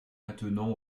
attenant